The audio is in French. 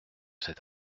cet